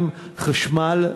חשמל,